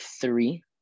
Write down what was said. three